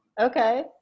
Okay